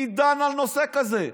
מי דן על נושא כזה?